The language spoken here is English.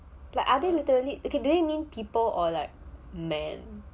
like are they literally do they mean people or like man